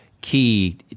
key